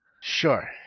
sure